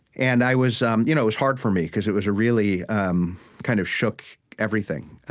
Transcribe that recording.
and, i was um you know it was hard for me, because it was a really um kind of shook everything